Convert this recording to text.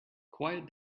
quiet